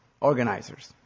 organizers